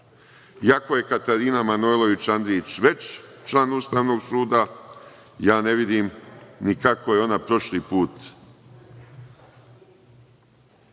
Iako je Katarina Manojlović Andrić već član Ustavnog suda, ne vidim ni kako je ona prošli put